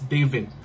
David